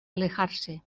alejarse